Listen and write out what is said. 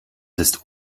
ist